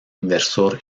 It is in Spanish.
inversor